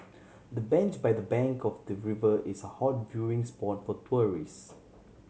the bench by the bank of the river is a hot viewing spot for tourists